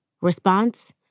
Response